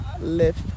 lift